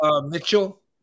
Mitchell